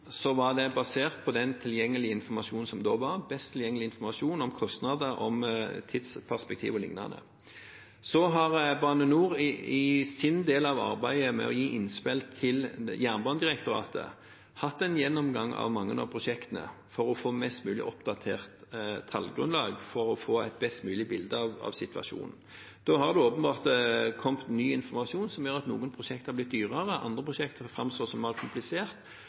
var det basert på den best tilgjengelige informasjonen om kostnader og om tidsperspektiv o.l. Så har Bane NOR i sin del av arbeidet med å gi innspill til Jernbanedirektoratet hatt en gjennomgang av mange av prosjektene for å få et mest mulig oppdatert tallgrunnlag slik at man får et best mulig bilde av situasjonen. Da har det åpenbart kommet ny informasjon som gjør at noen prosjekter har blitt dyrere og andre prosjekter framstår som mer